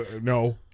No